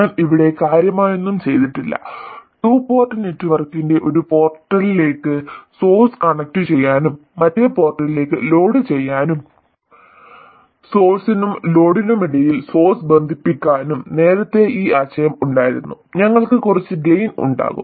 ഞാൻ ഇവിടെ കാര്യമായൊന്നും ചെയ്തിട്ടില്ല ടു പോർട്ട് നെറ്റ്വർക്കിന്റെ ഒരു പോർട്ടിലേക്ക് സോഴ്സ് കണക്റ്റുചെയ്യാനും മറ്റേ പോർട്ടിലേക്കും ലോഡ് ചെയ്യാനും സോഴ്സിനും ലോഡിനുമിടയിൽ സോഴ്സ് ബന്ധിപ്പിക്കാനും നേരത്തെ ഈ ആശയം ഉണ്ടായിരുന്നു ഞങ്ങൾക്ക് കുറച്ച് ഗെയിൻ ഉണ്ടാകും